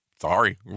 Sorry